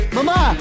Mama